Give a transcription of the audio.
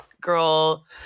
girl